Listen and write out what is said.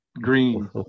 green